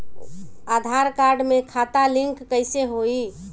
आधार card से खाता link कईसे होई?